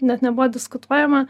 net nebuvo diskutuojama